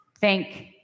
Thank